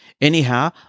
Anyhow